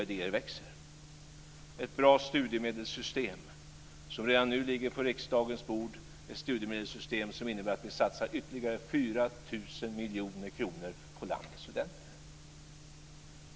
Redan nu ligger ett bra studiemedelssystem på riksdagens bord, ett studiemedelssystem som innebär att vi satsar ytterligare 4 000 miljoner kronor på landets studenter.